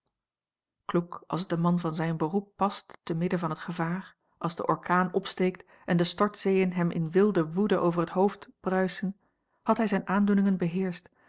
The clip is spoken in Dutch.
als t een man van zijn beroep past te midden van het gevaar als de orkaan opsteekt en de stortzeeën hem in wilde woede over het hoofd bruisen had hij zijne aandoeningen beheerscht